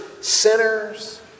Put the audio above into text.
sinners